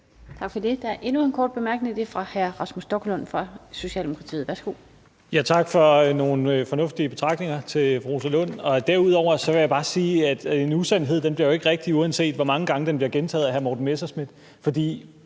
Tak for det. Der er endnu en kort bemærkning, og det er fra hr. Rasmus Stoklund fra Socialdemokratiet. Værsgo. Kl. 13:39 Rasmus Stoklund (S): Tak til fru Rosa Lund for nogle fornuftige betragtninger. Derudover vil jeg bare sige, at en usandhed jo ikke bliver rigtig, uanset hvor mange gange den bliver gentaget af hr. Morten Messerschmidt. For